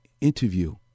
interview